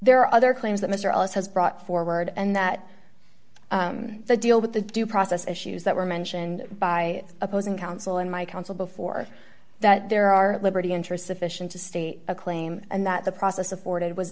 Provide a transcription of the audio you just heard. there are other claims that mr ellis has brought forward and that the deal with the due process issues that were mentioned by opposing counsel and my counsel before that there are liberty interest sufficient to state a claim and that the process afforded was